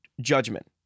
judgment